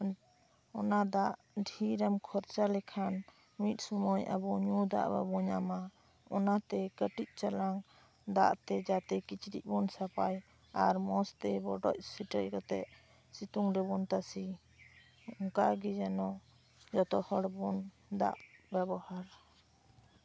ᱚᱱᱟ ᱫᱟᱜ ᱰᱷᱮᱨᱮᱢ ᱠᱷᱚᱨᱪᱟ ᱞᱮᱠᱷᱟᱱ ᱢᱤᱫ ᱥᱚᱢᱚᱭ ᱟᱵᱚ ᱧᱩ ᱫᱟᱜ ᱵᱟᱵᱚᱱ ᱧᱟᱢᱟ ᱚᱱᱟᱛᱮ ᱠᱟᱹᱴᱤᱡ ᱪᱚᱞᱟᱝ ᱫᱟᱜ ᱛᱮ ᱡᱟᱛᱮ ᱠᱤᱪᱨᱤᱡᱽ ᱵᱚᱱ ᱥᱟᱯᱷᱟᱭ ᱟᱨ ᱢᱚᱸᱡᱽᱛᱮ ᱵᱚᱰᱚᱡ ᱥᱤᱴᱷᱟᱹ ᱠᱟᱛᱮ ᱥᱤᱛᱩᱝ ᱨᱮᱵᱚᱱ ᱛᱟᱥᱮᱭ ᱚᱱᱠᱟ ᱜᱮ ᱡᱮᱱᱚ ᱡᱚᱛᱚ ᱦᱚᱲ ᱵᱚᱱ ᱫᱟᱜ ᱵᱮᱵᱚᱦᱟᱨ